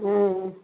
ம் ம்